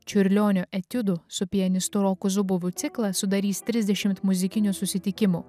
čiurlionio etiudų su pianistu roku zubovu ciklą sudarys trisdešimt muzikinių susitikimų